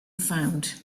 found